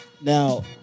Now